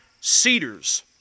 cedars